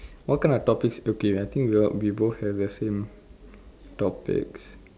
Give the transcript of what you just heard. what kind of topics okay I think we both have the same topics